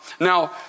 Now